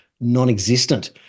non-existent